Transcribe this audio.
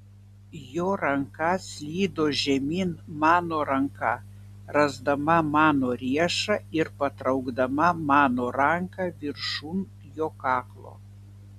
jo ranka slydo žemyn mano ranką rasdama mano riešą ir patraukdama mano ranką viršun jo kaklo